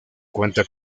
cuenta